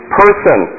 person